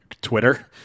Twitter